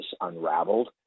unraveled